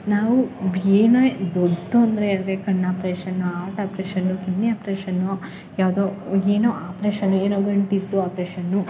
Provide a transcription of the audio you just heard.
ನಾವು ಬೇನೆ ದೊಡ್ಡದು ಅಂದರೆ ಹೇಳ್ಬೇಕು ಕಣ್ಣು operation heart operation kidney operation ಯಾವುದೋ ಏನೋ ಆಪ್ರೇಷನು ಏನೋ ಗಂಟಿತ್ತು ಆಪ್ರೇಷನ್ನು